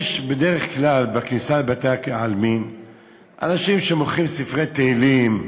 יש בדרך כלל בכניסה לבתי-העלמין אנשים שמוכרים ספרי תהילים,